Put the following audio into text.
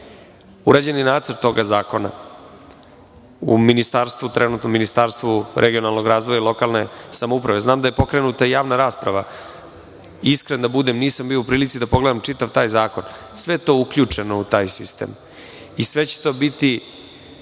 je nacrt tog zakona u Ministarstvu regionalnog razvoja i lokalne samouprave. Znam da je pokrenuta i javna rasprava i da budem iskren nisam bio u prilici da pogledam taj čitav zakon. Sve to je uključeno u taj sistem i sve će to biti